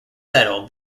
settled